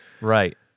Right